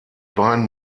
beiden